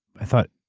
i thought,